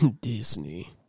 Disney